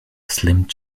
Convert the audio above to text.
slim